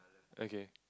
okay